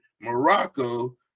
Morocco